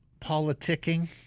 politicking